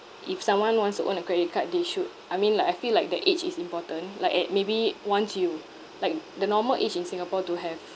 if someone wants to own a credit card they should I mean like I feel like the age is important like at maybe once you like the normal age in singapore to have